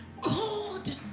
God